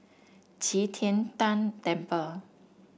Qi Tian Tan Temple